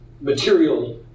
material